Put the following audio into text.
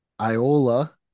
Iola